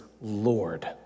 Lord